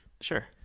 Sure